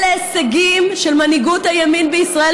אלה הישגים של מנהיגות הימין בישראל,